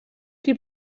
qui